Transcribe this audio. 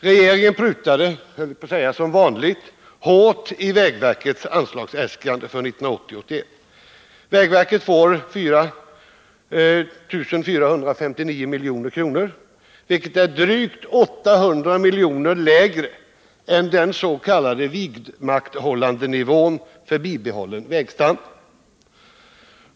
Regeringen prutade — jag skulle vilja säga som vanligt — hårt i vägverkets anslagsäskande för 1980/81. Vägverket får 4 459 milj.kr., vilket är drygt 800 miljoner lägre än den s.k. vidmakthållandenivån för bibehållen vägstandard.